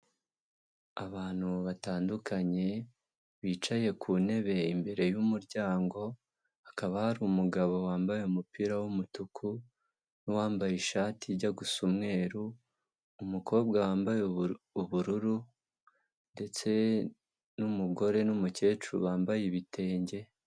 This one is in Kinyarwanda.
Abantu batandukanye bicaye ku ntebe imbere y'umuryango, hakaba hari umugabo wambaye umupira w'umutuku, n'uwambaye ishati ijya gusa umweru, umukobwa wambaye ubururu ndetse n'umugore, n'umukecuru bambaye ibitenge,